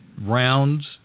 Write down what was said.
rounds